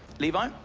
levi?